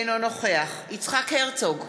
אינו נוכח יצחק הרצוג,